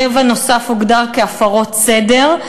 כרבע נוסף הוגדר כהפרות סדר,